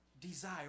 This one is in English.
desire